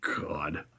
God